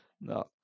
No